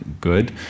good